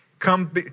Come